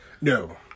No